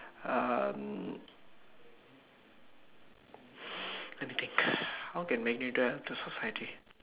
um let me think how can Magneto help the society